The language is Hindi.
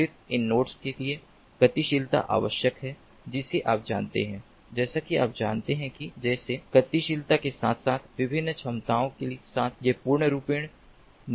फिर इन नोड्स के लिए गतिशीलता आवश्यक है जिसे आप जानते हैं जैसे कि आप जानते हैं कि जैसे गतिशीलता के साथ साथ विभिन्न क्षमताओं के साथ ये पूर्णरूपेण नोड्स हैं